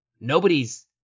Nobody's